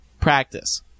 practice